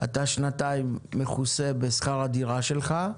אתה שנתיים מכוסה בשכר הדירה שלך.